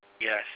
Yes